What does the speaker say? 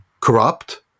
corrupt